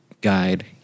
guide